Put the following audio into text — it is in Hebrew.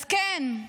אז כן,